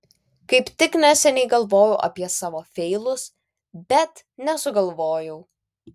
kaip tik neseniai galvojau apie savo feilus bet nesugalvojau